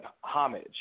homage